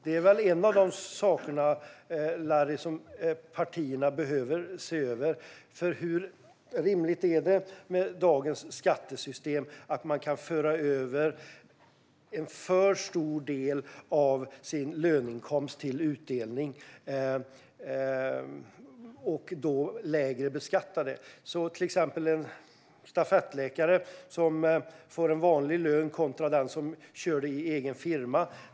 Det är väl en av de saker, Larry, som partierna behöver se över. Hur rimligt är det med dagens skattesystem: att man kan föra över en för stor del av sin löneinkomst till utdelning, som då beskattas lägre? Tänk till exempel på en stafettläkare som får en vanlig lön kontra en som har en egen firma!